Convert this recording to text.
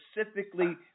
specifically